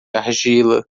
argila